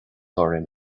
orainn